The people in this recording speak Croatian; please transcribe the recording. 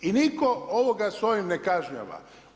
I nitko ovoga sa ovim ne kažnjava.